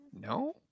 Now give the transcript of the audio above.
no